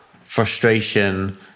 frustration